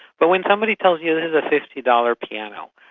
but when somebody tells you this is a fifty dollars piano,